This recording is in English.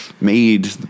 made